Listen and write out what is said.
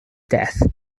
death